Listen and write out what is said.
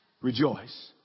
Rejoice